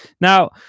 Now